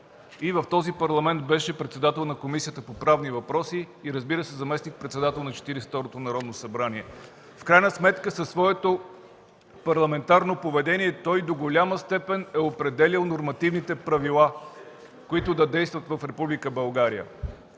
И в този Парламент беше председател на Комисията по правни въпроси и, разбира се, заместник-председател на Четиридесет и второто Народно събрание. В крайна сметка със своето парламентарно поведение той до голяма степен е определял нормативните правила, които да действат в Република България.